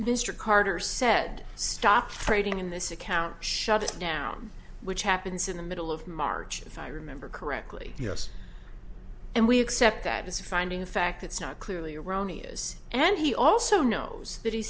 trip carter said stopped trading in this account shut it down which happens in the middle of march if i remember correctly yes and we accept that as a finding of fact it's not clearly erroneous and he also knows that he